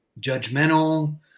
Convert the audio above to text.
judgmental